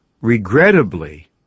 Regrettably